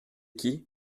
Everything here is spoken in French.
qui